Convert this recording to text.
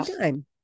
time